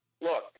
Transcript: Look